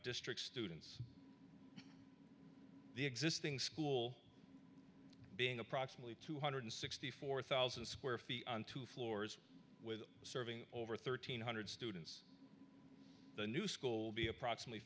district students the existing school being approximately two hundred sixty four thousand square feet two floors with serving over thirteen hundred students the new school be approximately